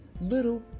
little